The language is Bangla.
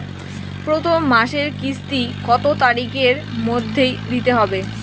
প্রথম মাসের কিস্তি কত তারিখের মধ্যেই দিতে হবে?